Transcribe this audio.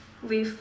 with